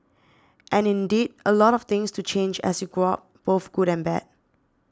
and indeed a lot of things do change as you grow up both good and bad